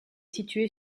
située